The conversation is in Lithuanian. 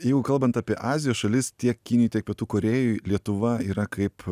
jeigu kalbant apie azijos šalis tiek kinijoj tiek pietų korėjoj lietuva yra kaip